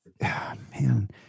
Man